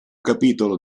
capitolo